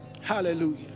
hallelujah